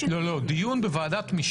דיון?